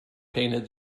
painted